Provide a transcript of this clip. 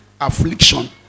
affliction